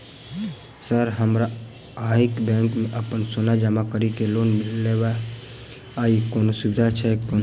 Sir हमरा अहाँक bank मे अप्पन सोना जमा करि केँ लोन लेबाक अई कोनो सुविधा छैय कोनो?